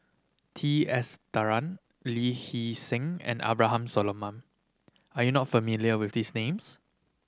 T Sasitharan Lee Hee Seng and Abraham Solomon are you not familiar with these names